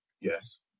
Yes